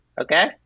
Okay